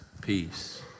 peace